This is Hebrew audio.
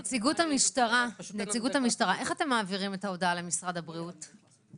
נציגות המשטרה איך אתם מעבירים את ההודעה למשרד הבריאות?